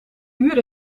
uur